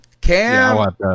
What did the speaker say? Cam